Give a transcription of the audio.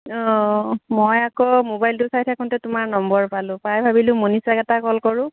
অঁ মই আকৌ মোবাইলটো চাই থাকোঁতে তোমাৰ নম্বৰ পালোঁ পাই ভাবিলোঁ মনিষাক এটা কল কৰোঁ